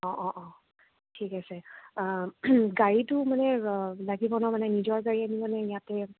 অ' অ' অ' ঠিক আছে গাড়ীটো মানে লাগিব ন মানে নিজৰ গাড়ী আনিব নে ইয়াতে